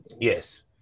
yes